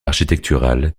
architectural